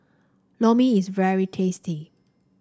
Lor Mee is very tasty